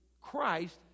Christ